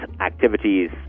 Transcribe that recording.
activities